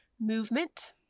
Movement